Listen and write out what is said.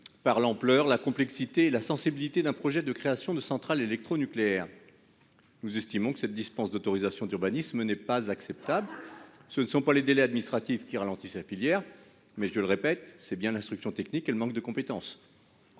« l'ampleur, la complexité et la sensibilité d'un projet de création de centrale électronucléaire ». Nous estimons que cette dispense d'autorisation d'urbanisme n'est pas acceptable. Ce sont non pas les délais administratifs qui ralentissent la filière, mais bien l'instruction technique et le manque de compétences-